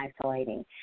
isolating